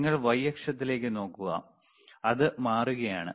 നിങ്ങൾ y അക്ഷത്തിലേക്ക് നോക്കുക അത് മാറുകയാണ്